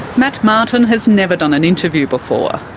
matt martin has never done an interview before.